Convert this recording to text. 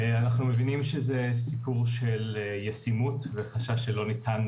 אנחנו מבינים שזה סיפור של ישימות וחשש שלא ניתן